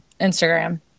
instagram